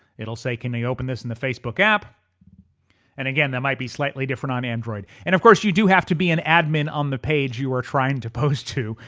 it'll say can they open this in the facebook app and again, this might be slightly different on android and of course you do have to be an admin on the page you are trying to post to.